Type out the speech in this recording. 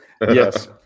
Yes